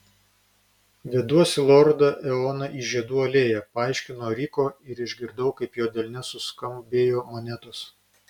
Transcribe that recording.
veduosi lordą eoną į žiedų alėją paaiškino ryko ir išgirdau kaip jo delne suskambėjo monetos